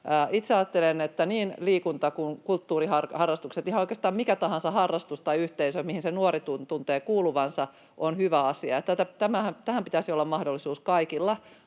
Itse ajattelen, että niin liikunta- kuin kulttuuriharrastukset, ihan oikeastaan mikä tahansa harrastus tai yhteisö, mihin se nuori tuntee kuuluvansa, on hyvä asia. Tähän pitäisi olla mahdollisuus kaikilla